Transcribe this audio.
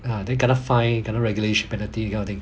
uh then kena fine kena regulation penalty you know that kind of thing